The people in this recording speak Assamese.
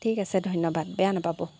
ঠিক আছে ধন্যবাদ বেয়া নাপাব